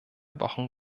wochen